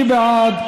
מי בעד?